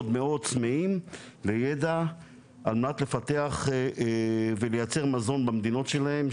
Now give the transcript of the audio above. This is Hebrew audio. צמאים לידע על מנת לפתח ולייצר מזון במדינות שלהם,